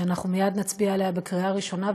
שאנחנו מייד נצביע עליה בקריאה ראשונה,